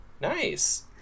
nice